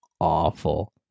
awful